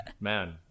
man